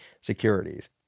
securities